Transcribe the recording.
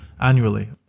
annually